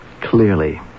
Clearly